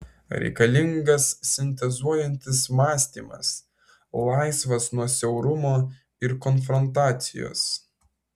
reikalingas sintezuojantis mąstymas laisvas nuo siaurumo ir konfrontacijos